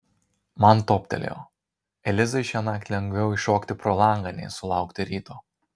man toptelėjo elizai šiąnakt lengviau iššokti pro langą nei sulaukti ryto